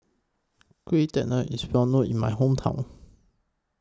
Kueh Talam IS Well known in My Hometown